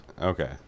Okay